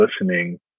listening